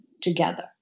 together